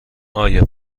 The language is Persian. آیا